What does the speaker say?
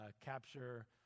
capture